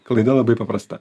klaida labai paprasta